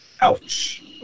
Ouch